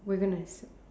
we're gonna